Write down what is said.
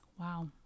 Wow